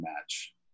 match